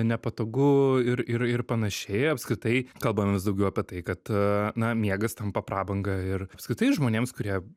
nepatogu ir ir ir panašiai apskritai kalbamės daugiau apie tai kad na miegas tampa prabanga ir apskritai žmonėms kurie